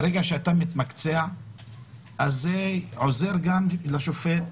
ברגע שאתה מתמקצע אז זה עוזר גם לשופט,